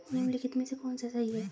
निम्नलिखित में से कौन सा सही है?